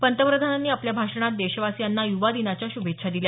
पंतप्रधानांनी आपल्या भाषणात देशवासियांना युवा दिनाच्या शुभेच्छा दिल्या